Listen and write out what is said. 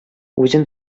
үзен